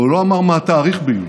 אבל הוא לא אמר מה התאריך ביולי.